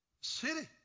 city